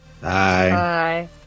Bye